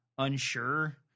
unsure